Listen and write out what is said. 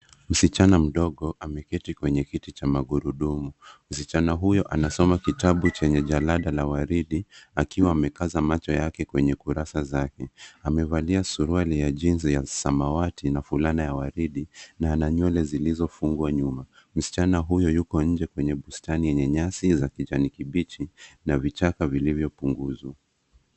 Msichana mdogo ameketi kwenye kiti cha magurudumu. Msichana huyo anasoma kitabu chenye jalada la waridi akiwa amekaza macho yake kwenye kurasa zake. Amevalia suruali ya jeans ya samawati na fulana ya waridi na ana nywele zilizofungwa nyuma. Msichana huyo yuko nje kwenye bustani yenye nyasi za kijani kibichi na vichaka vilivyopunguzwa.